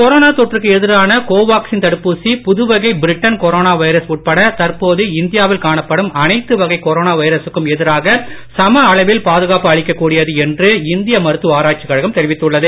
corona தொற்றுக்கு எதிரான கோவாக்சின் தடுப்பூசி புதுவகை பிரிட்டன் கொரோனா வைரஸ் உட்பட தற்போது இந்தியாவில் காணப்படும் அனைதது வகை கொரோனா வைரசுக்கும் எதிராக சம அளவில் பாதுகாப்பு அளிக்கக் கூடியது என்று இந்திய மருத்துவ ஆராய்ச்சிக் கழகம் தெரிவித்துள்ளது